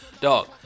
Dog